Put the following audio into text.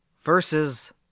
versus